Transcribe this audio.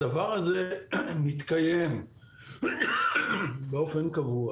הדבר הזה מתקיים באופן קבוע